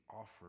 offer